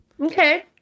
Okay